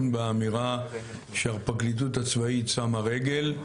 באמירה שהפרקליטות הצבאית "שמה רגל".